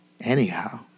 anyhow